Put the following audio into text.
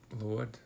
Lord